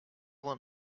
want